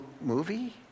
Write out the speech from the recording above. movie